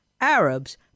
Arabs